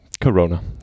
Corona